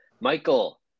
Michael